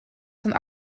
van